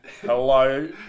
Hello